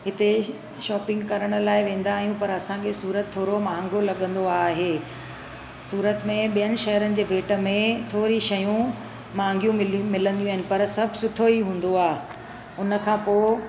हिते शॉपिंग करण लाइ वेंदा आहियूं पर सूरत थोरो महांगो लॻंदो आहे सूरत में ॿियनि शहरनि जे भेट में थोरियूं शयूं महांगियूं मिलियूं मिलंदियूं आहिनि पर सभु उठो ई हूंदो आहे उन खां पोइ